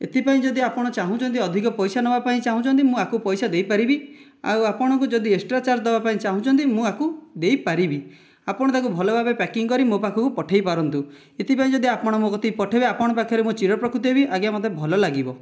ଏଥିପାଇଁ ଯଦି ଆପଣ ଚାହୁଁଛନ୍ତି ଅଧିକ ପଇସା ନେବାପାଇଁ ଚାହୁଁଛନ୍ତି ମୁଁ ୟାକୁ ପଇସା ଦେଇପାରିବି ଆଉ ଆପଣଙ୍କୁ ଯଦି ଏକ୍ସଟ୍ରା ଚାର୍ଜ ଦେବାପାଇଁ ଚାହୁଁଛନ୍ତି ତା'ହେଲେ ମୁଁ ୟାକୁ ଦେଇପାରିବି ଆପଣ ତାକୁ ଭଲ ଭାବେ ପ୍ୟାକିଂ କରି ମୋ ପାଖକୁ ପଠାଇ ପାରନ୍ତୁ ଏଥିପାଇଁ ଯଦି ଆପଣ ମୋ କତିକି ପଠାଇବେ ଆପଣଙ୍କ ପାଖରେ ଚିରଉପକୃତ ହେବି ଆଜ୍ଞା ମୋତେ ଭଲ ଲାଗିବ